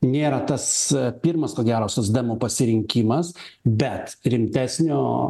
nėra tas pirmas ko gero socdemų pasirinkimas bet rimtesnio